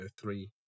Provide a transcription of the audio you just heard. three